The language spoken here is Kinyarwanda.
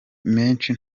menshi